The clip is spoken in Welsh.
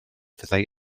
fyddai